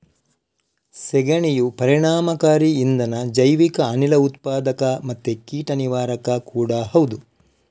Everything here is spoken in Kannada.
ಸೆಗಣಿಯು ಪರಿಣಾಮಕಾರಿ ಇಂಧನ, ಜೈವಿಕ ಅನಿಲ ಉತ್ಪಾದಕ ಮತ್ತೆ ಕೀಟ ನಿವಾರಕ ಕೂಡಾ ಹೌದು